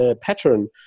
pattern